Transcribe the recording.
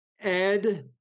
Ed